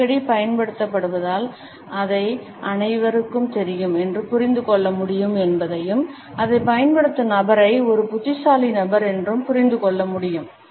அடிக்கடி பயன்படுத்தப்படுவதால் அதை அனைவருக்கும் தெரியும் என்று புரிந்து கொள்ள முடியும் என்பதையும் அதைப் பயன்படுத்தும் நபரை ஒரு புத்திசாலி நபர் என்றும் புரிந்து கொள்ள முடியும்